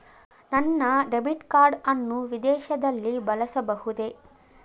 ನನ್ನ debit card ಅನ್ನು ವಿದೇಶದಲ್ಲಿ ಬಳಸಬಹುದೇ?